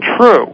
true